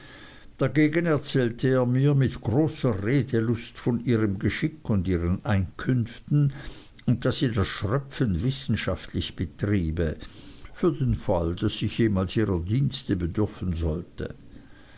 dagegen erzählte er mir mit großer redelust von ihrem geschick und ihren einkünften und daß sie das schröpfen wissenschaftlich betriebe für den fall daß ich jemals ihrer dienste bedürfen sollte